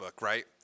right